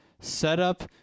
setup